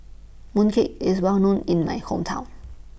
Mooncake IS Well known in My Hometown